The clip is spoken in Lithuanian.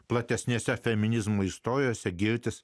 platesnėse feminizmo istorijose girtis